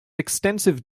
extensive